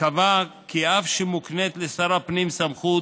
קבע כי אף שמוקנית לשר הפנים סמכות